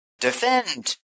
Defend